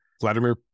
Vladimir